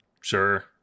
sure